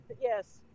Yes